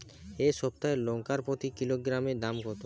এই সপ্তাহের লঙ্কার প্রতি কিলোগ্রামে দাম কত?